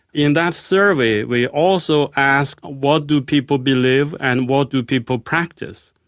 in that survey we also asked what do people believe and what do people practice.